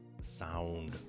Sound